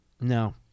No